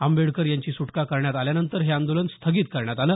आंबेडकर यांची सुटका करण्यात आल्यानंतर हे आंदोलन स्थगित करण्यात आलं